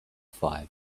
five